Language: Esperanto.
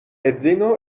edzino